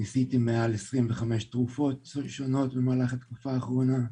ניסיתי מעל 25 תרופות במהלך התקופה האחרונה,